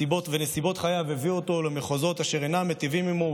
ונסיבות חייו הביאו אותו למחוזות אשר אינם מיטיבים עימו,